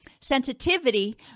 Sensitivity